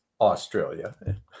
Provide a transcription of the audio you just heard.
Australia